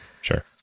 Sure